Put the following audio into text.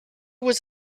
was